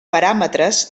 paràmetres